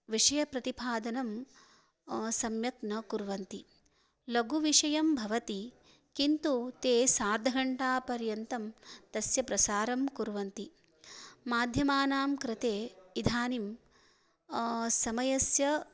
विषयप्रतिपादनं सम्यक् न कुर्वन्ति लघुविषयं भवति किन्तु ते सार्धघण्टापर्यन्तं तस्य प्रसारं कुर्वन्ति माध्यमानां कृते इदानीं समयस्य